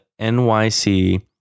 NYC